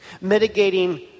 mitigating